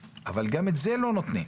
אבל גם את זה לא נותנים.